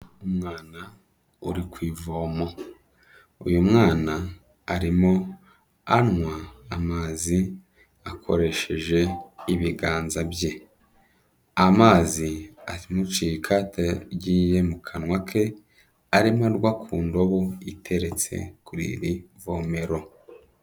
Umwana uri ku ivomo, uyu mwana arimo anywa amazi akoresheje ibiganza bye, amazi aramucika atagiye mu kanwa ke arimo agwa ku ndobo iteretse kuri iri vomero.